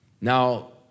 Now